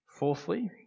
Fourthly